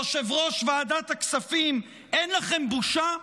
יושב-ראש ועדת הכספים, אין לכם בושה?